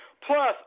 Plus